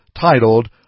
titled